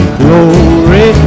glory